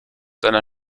seiner